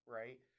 right